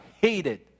hated